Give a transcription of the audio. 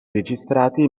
registrati